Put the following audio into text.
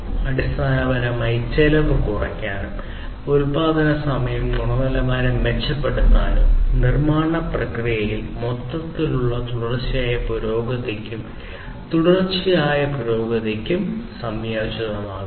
അടിസ്ഥാനപരമായി ചെലവ് കുറയ്ക്കാനും ഉൽപാദന സമയം ഗുണനിലവാരം മെച്ചപ്പെടുത്താനും നിർമ്മാണ പ്രക്രിയയിൽ മൊത്തത്തിലുള്ള തുടർച്ചയായ പുരോഗതിക്കും തുടർച്ചയായ പുരോഗതിക്കും സംഭാവന നൽകും